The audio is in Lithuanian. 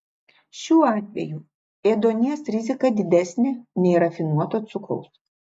šiuo atveju ėduonies rizika didesnė nei rafinuoto cukraus